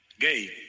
gay